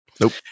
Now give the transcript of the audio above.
Nope